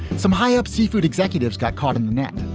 some high up seafood executives got caught in the net.